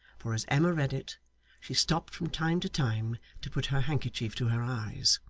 for as emma read it she stopped from time to time to put her handkerchief to her eyes.